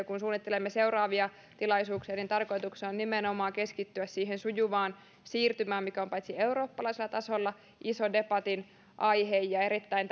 kun suunnittelemme seuraavia tilaisuuksia niin tarkoituksena on nimenomaan keskittyä siihen sujuvaan siirtymään mikä on paitsi eurooppalaisella tasolla ison debatin aihe ja erittäin